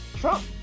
Trump